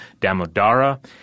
Damodara